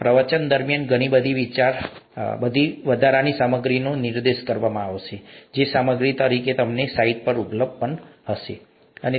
પ્રવચન દરમિયાન ઘણી બધી વધારાની સામગ્રીનો નિર્દેશ કરવામાં આવશે જે સામગ્રી તરીકે તમને સાઇટ પર ઉપલબ્ધ છે અને તેથી વધુ